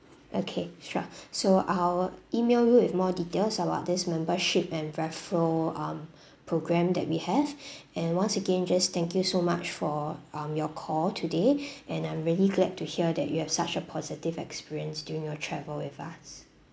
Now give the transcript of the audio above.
okay sure so I will email you with more details about this membership and referral um program that we have and once again just thank you so much for um your call today and I'm really glad to hear that you have such a positive experience during your travel with us